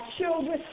children